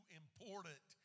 important